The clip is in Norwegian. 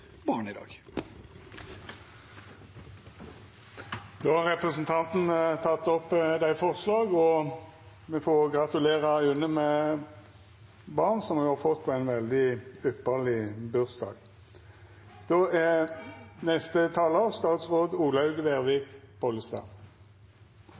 barn i dag! Då har representanten Per Espen Stoknes teke opp dei forslaga han refererte til. Presidenten vil òg gratulera Une Bastholm med barnet, som ho har fått på ein veldig ypparleg bursdag!